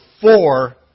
four